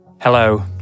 Hello